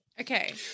Okay